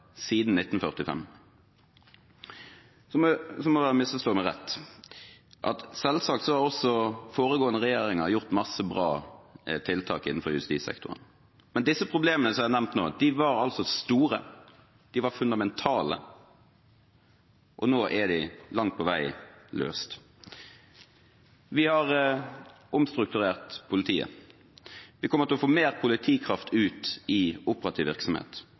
siden 1945. Så må dere misforstå meg rett: Selvsagt har også foregående regjeringer gjort mange bra tiltak innenfor justissektoren, men disse problemene som jeg har nevnt nå, de var store, de var fundamentale, og nå er de langt på vei løst. Vi har omstrukturert politiet. Vi kommer til å få mer politikraft ut i operativ virksomhet.